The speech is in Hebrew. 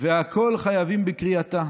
והכול חייבים בקריאתה: